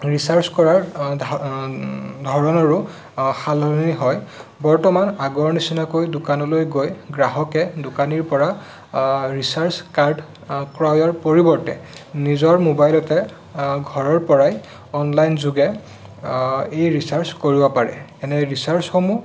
recharge কৰাৰ ধৰণৰো সালসলনি হয় বৰ্তমান আগৰ নিচিনাকৈ দোকানলৈ গৈ গ্ৰাহকে দোকানীৰ পৰা ৰিচাৰ্জ কাৰ্ড ক্ৰয়ৰ পৰিৱৰ্তে নিজৰ মোবাইলতে ঘৰৰ পৰাই অনলাইন যোগে এই ৰিচাৰ্জ কৰিব পাৰে এনে ৰিচাৰ্জসমূহ